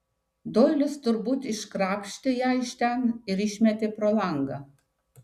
doilis turbūt iškrapštė ją iš ten ir išmetė pro langą